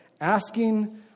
Asking